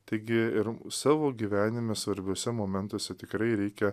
taigi ir savo gyvenime svarbiuose momentuose tikrai reikia